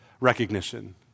recognition